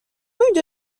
اینجا